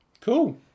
Cool